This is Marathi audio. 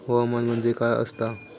हवामान म्हणजे काय असता?